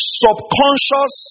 subconscious